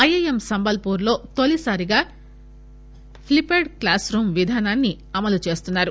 IIM సంబల్పుర్లో తొలిసారిగా flipped classroom విధానాన్ని అమలు చేస్తున్నారు